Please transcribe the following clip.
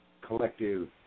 collective